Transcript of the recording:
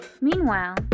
Meanwhile